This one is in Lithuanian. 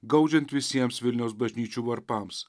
gaudžiant visiems vilniaus bažnyčių varpams